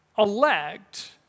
elect